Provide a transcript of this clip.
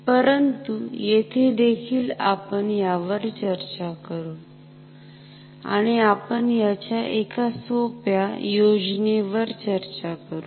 तर परंतु येथे देखील आपण यावर चर्चा करू आणि आपण याच्या एका सोप्या योजनेवर चर्चा करू